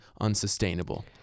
unsustainable